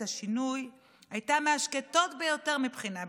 השינוי הייתה מהשקטות ביותר מבחינה ביטחונית.